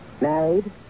married